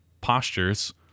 postures